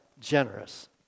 generous